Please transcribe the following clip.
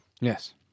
Yes